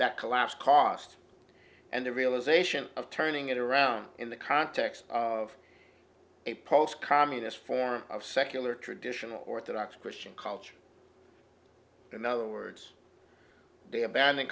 that collapse cost and the realization of turning it around in the context of a post communist form of secular traditional orthodox christian culture in other words they abandoned